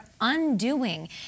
undoing